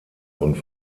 und